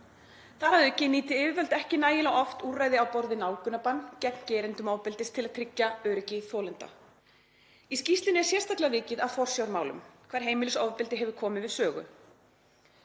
Þar að auki nýti yfirvöld ekki nægilega oft úrræði á borð við nálgunarbann gegn gerendum ofbeldis til að tryggja öryggi þolenda. Í skýrslunni er sérstaklega vikið að forsjármálum þar sem heimilisofbeldi hefur komið við sögu.